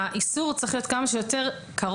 שהנסיבות של ביצוע העבירה צריכות להיות כמה שיותר קרובות